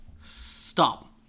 Stop